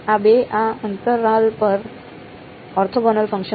આ બે આ અંતરાલ પર ઓર્થોગોનલ ફંક્શન છે